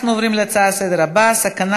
אנחנו עוברים להצעה לסדר-היום הבאה: סכנה